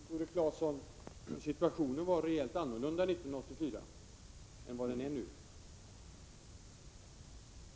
Fru talman! Tore Claeson, situationen var helt annorlunda 1984 än den är nu.